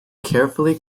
carefully